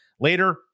Later